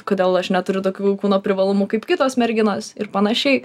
kodėl aš neturiu tokių kūno privalumų kaip kitos merginos ir panašiai